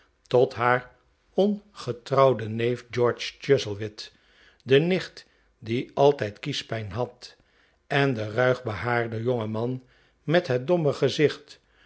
tot haar ongetrouwden neef george chuzzlewit de nicht die altijd kiespijn had en den ruigbehaarden jongeman met het domme gezicht